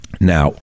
Now